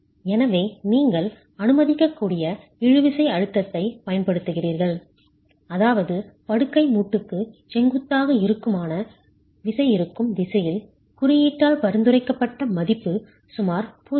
எனவே நீங்கள் அனுமதிக்கக்கூடிய இழுவிசை அழுத்தத்தைப் பயன்படுத்துகிறீர்கள் அதாவது படுக்கை மூட்டுக்கு செங்குத்தாக இறுக்கமான விசைஇருக்கும் திசையில் குறியீட்டால் பரிந்துரைக்கப்பட்ட மதிப்பு சுமார் 0